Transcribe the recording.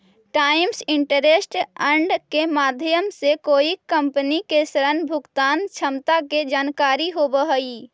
times interest earned के माध्यम से कोई कंपनी के ऋण भुगतान क्षमता के जानकारी होवऽ हई